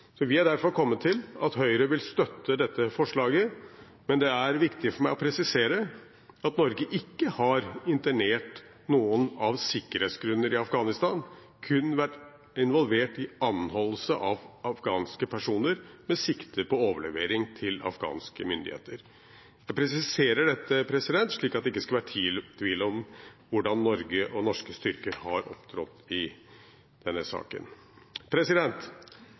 Vi har derfor kommet til at Høyre vil støtte dette forslaget, men det er viktig for meg å presisere at Norge ikke har internert noen av sikkerhetsgrunner i Afghanistan – kun vært involvert i anholdelse av afghanske personer med sikte på overlevering til afghanske myndigheter. Jeg presiserer dette, slik at det ikke skal være tvil om hvordan Norge og norske styrker har opptrådt i denne saken.